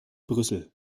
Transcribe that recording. brüssel